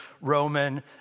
Roman